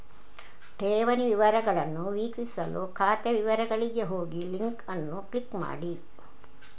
ಠೇವಣಿ ವಿವರಗಳನ್ನು ವೀಕ್ಷಿಸಲು ಖಾತೆ ವಿವರಗಳಿಗೆ ಹೋಗಿಲಿಂಕ್ ಅನ್ನು ಕ್ಲಿಕ್ ಮಾಡಿ